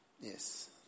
Yes